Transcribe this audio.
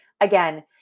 Again